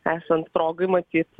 esant progai matyt